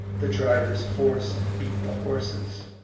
the drivers force and beat the horses.